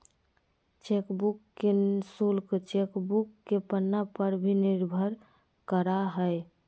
chequebook के शुल्क chequebook के पन्ना पर भी निर्भर करा हइ